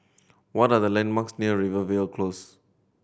what are the landmarks near Rivervale Close